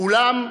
ואולם,